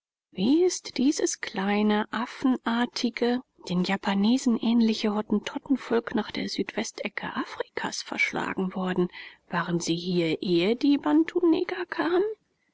wie ist dieses kleine affenartige den japanesen ähnliche hottentottenvolk nach der südwestecke afrikas verschlagen worden waren sie hier ehe die bantuneger kamen